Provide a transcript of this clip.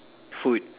food